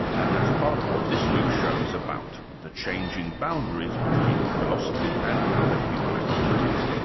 and that's part of what this week's show is about the changing boundaries between philosophy and other human activities.